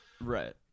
Right